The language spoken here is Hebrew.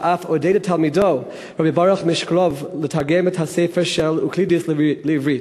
ואף עודד את תלמידו רבי ברוך משקלוב לתרגם את הספר של אוקלידס לעברית.